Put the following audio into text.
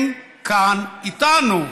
הם כאן איתנו,